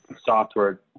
software